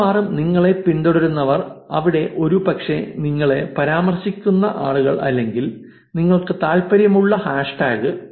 മിക്കവാറും നിങ്ങളെ പിന്തുടരുന്നവർ അല്ലെങ്കിൽ ഒരുപക്ഷേ നിങ്ങളെ പരാമർശിക്കുന്ന ആളുകൾ അല്ലെങ്കിൽ നിങ്ങൾക്ക് താൽപ്പര്യമുള്ള ഹാഷ്ടാഗ്